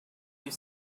you